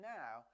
now